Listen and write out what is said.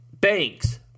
Banks